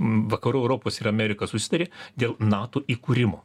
vakarų europos ir amerika susitarė dėl nato įkūrimo